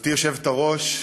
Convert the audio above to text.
גברתי היושבת-ראש,